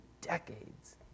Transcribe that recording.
decades